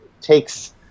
takes –